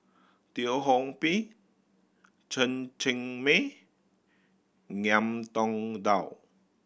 Teo Ho Pin Chen Cheng Mei Ngiam Tong Dow